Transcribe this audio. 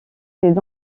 ses